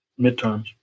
midterms